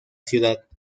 ciudad